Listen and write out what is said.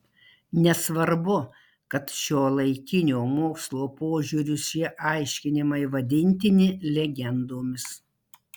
nesvarbu kad šiuolaikinio mokslo požiūriu šie aiškinimai vadintini legendomis